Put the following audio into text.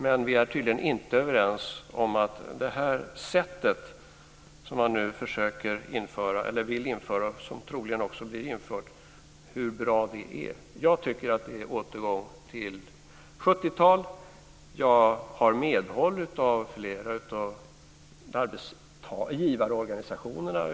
Men vi är tydligen inte överens om hur bra det sättet är som man nu vill införa, och som troligen blir infört. Jag tycker att det är återgång till 70-tal. Jag har medhåll av flera av arbetsgivarorganisationerna.